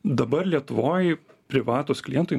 dabar lietuvoj privatūs klientai